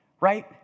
right